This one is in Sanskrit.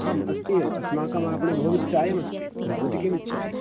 आम् अस्ति एव अस्माकमापणे बहुविधचायमस्ति भवति किमिच्छति